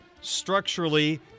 structurally